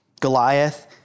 Goliath